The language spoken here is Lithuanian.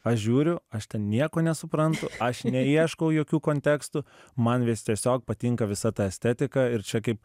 aš žiūriu aš ten nieko nesuprantu aš neieškau jokių kontekstų man vis tiesiog patinka visa ta estetika ir čia kaip